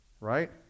Right